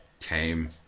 came